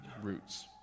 roots